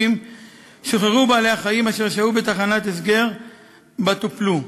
שוחררו בעלי-החיים אשר שהו בתחנת ההסגר שבה טופלו.